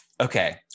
Okay